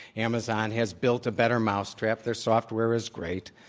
amazon has built a better mousetrap. their software is great.